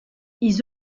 ils